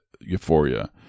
Euphoria